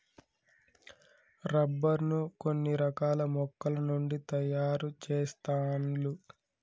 rubber ను కొన్ని రకాల మొక్కల నుండి తాయారు చెస్తాండ్లు